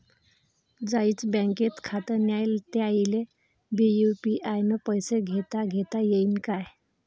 ज्याईचं बँकेत खातं नाय त्याईले बी यू.पी.आय न पैसे देताघेता येईन काय?